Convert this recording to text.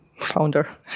founder